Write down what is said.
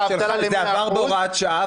האבטלה ל-100% --- זה עבר בהוראת שעה,